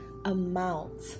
amount